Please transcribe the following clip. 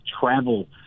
travel